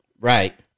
Right